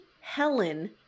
Helen